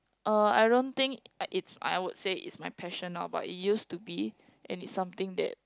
uh I don't think I it's I would say it's my passion lor but it used to be and it's something that